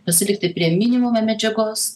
pasilikti prie minimumo medžiagos